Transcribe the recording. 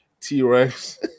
T-Rex